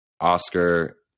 Oscar